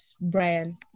Brian